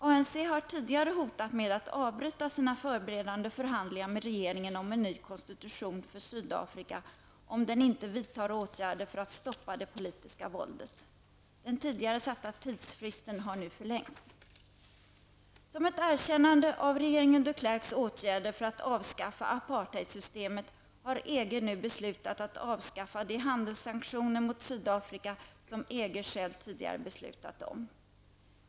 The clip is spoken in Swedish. ANC har tidigare hotat med att avbryta sina förberedande förhandlingar med regeringen om en ny konstitution för Sydafrika, om den inte vidtar åtgärder för att stoppa det politiska våldet. Den tidigare satta tidsfristen har nu förlängts. Som ett erkännande av regeringen de Klerks åtgärder för att avskaffa apartheidsystemet, har EG nu beslutat att avskaffa de handelssanktioner mot Sydafrika som EG själv tidigare beslutat om.